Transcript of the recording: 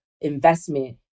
investment